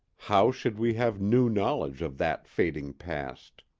how should we have new knowledge of that fading past?